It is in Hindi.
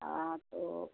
हाँ तो